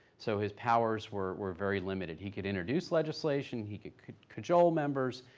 so his powers were were very limited. he could introduce legislation, he could could cajole members,